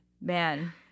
Man